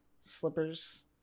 slippers